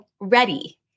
ready